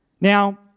Now